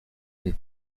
une